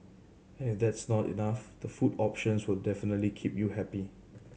and if that's not enough the food options will definitely keep you happy